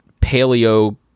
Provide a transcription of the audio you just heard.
paleo